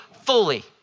fully